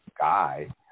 guy